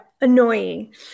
annoying